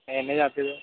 એને જ આપી દઉં